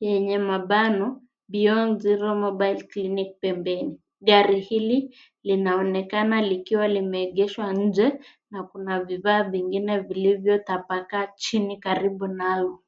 yenye mabano Beyond Zero Mobile Clinic pembeni. Gari hili linaonekana likiwa limeegeshwa nje na kuna vifaa vingine vilivyo tapakaa chini karibu nalo